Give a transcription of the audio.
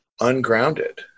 ungrounded